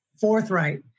forthright